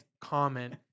comment